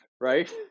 right